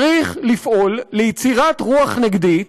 צריך לפעול ליצירת רוח נגדית,